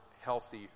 healthy